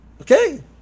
Okay